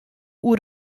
oer